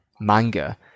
manga